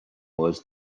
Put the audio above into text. was